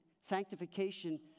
sanctification